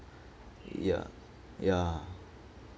ya ya